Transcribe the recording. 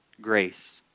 Grace